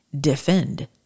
defend